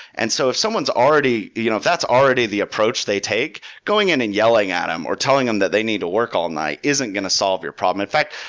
and so if someone's already you know if that's already the approach they take, going in and yelling at them, or telling them that they need to work all night, isn't going to solve your problem. in fact,